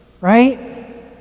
right